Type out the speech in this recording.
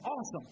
awesome